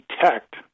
detect